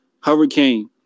hurricane